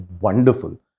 wonderful